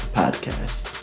podcast